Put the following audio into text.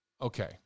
Okay